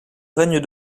règne